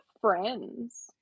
friends